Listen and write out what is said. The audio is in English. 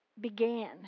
began